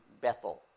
Bethel